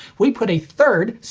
we put a third,